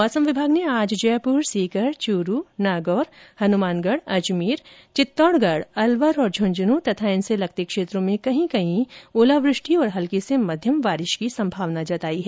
मौसम विभाग ने आज जयपुर सीकर चूरू नागौर हनुमानगढ़ अजमेर चित्तौड़गढ़ अलवर और झुंझुनूं तथा इनसे लगते क्षेत्रों में कहीं कहीं ओलावृष्टि और हल्की से मध्यम बारिश की संभावना जताई है